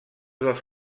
dels